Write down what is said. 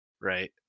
right